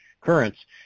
currents